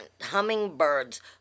hummingbirds